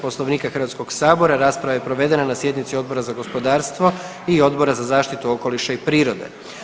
Poslovnika Hrvatskog sabora rasprava je provedena na sjednici Odbora za zakonodavstvo i Odbora za zaštitu okoliša i prirode.